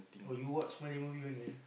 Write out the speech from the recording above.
oh you watch Malay movie only ah